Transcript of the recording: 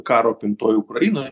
karo apimtoj ukrainoj